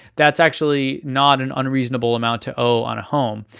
that's actually not an unreasonable amount to owe on a home.